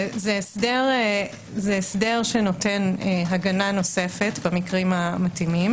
זה הסדר שנותן הגנה נוספת במקרים המתאימים